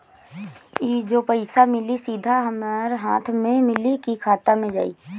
ई जो पइसा मिली सीधा हमरा हाथ में मिली कि खाता में जाई?